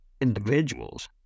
individuals